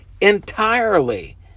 entirely